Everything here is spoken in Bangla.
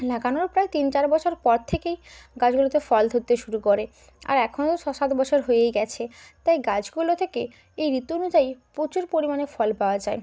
লাগানোর প্রায় তিন চার বছর পর থেকেই গাছগুলোতে ফল ধরতে শুরু করে আর এখন তো ছ সাত বছর হয়েই গেছে তাই গাছগুলো থেকে এই ঋতু অনুযায়ী প্রচুর পরিমাণে ফল পাওয়া যায়